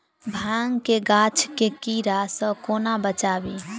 भांग केँ गाछ केँ कीड़ा सऽ कोना बचाबी?